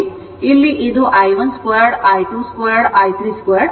ಇಲ್ಲಿ ಇದು i1 2 i2 2 i32 ಆಗಿದೆ